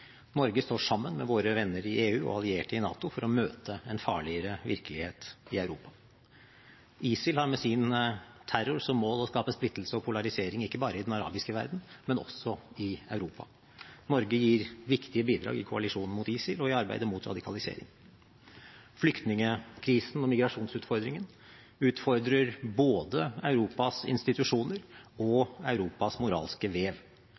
Norge står sammen med våre venner i EU og allierte i NATO for å møte en farligere virkelighet i Europa. ISIL har med sin terror som mål å skape splittelse og polarisering ikke bare i den arabiske verden, men også i Europa. Norge gir viktige bidrag i koalisjonen mot ISIL og i arbeidet mot radikalisering. Flyktningkrisen og migrasjonsutfordringen utfordrer både Europas institusjoner og Europas moralske vev.